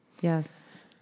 Yes